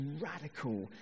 radical